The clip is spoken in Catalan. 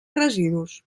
residus